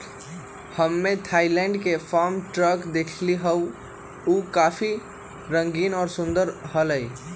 हम्मे थायलैंड के farm truck देखली हल, ऊ काफी रंगीन और सुंदर हलय